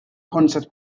concert